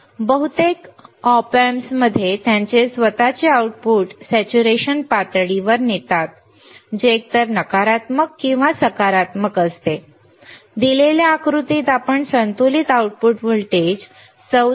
परंतु बहुतेक ऑम्प्स त्यांचे स्वत चे आउटपुट सेच्युरेशन संतृप्त पातळीवर नेतात जे एकतर नकारात्मक किंवा सकारात्मक असते दिलेल्या आकृतीत आपण संतुलित आउटपुट व्होल्टेज 14